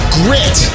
grit